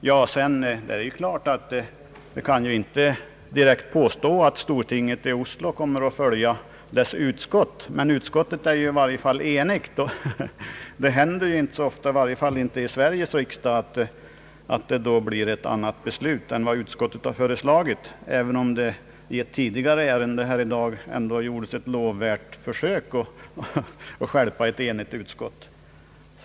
Jag kan naturligtvis inte direkt påstå att stortinget i Oslo kommer att följa sitt utskott, men utskottet är i varje fall enigt och det händer som bekant inte så ofta åtminstone i Sveriges riksdag att beslutet då blir ett annat än vad utskottet har föreslagit — låt vara att det i ett tidigare ärende under dagen gjordes ett lovvärt försök att stjälpa ett enigt utskott.